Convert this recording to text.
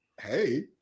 Hey